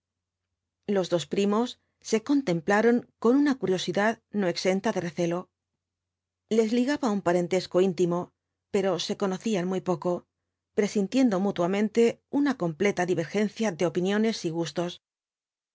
los dos primos se contemplaron con una curiosidad los cuatro jinbths dbf apooampsis í no exenta de recelo les ligaba un parentesco íntimo pero be conocían muy poco presintiendo mutuamente una completa divergencia de opiniones y gustos